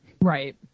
right